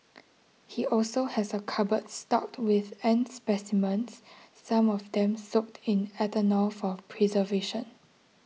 he also has a cupboard stocked with ant specimens some of them soaked in ethanol for preservation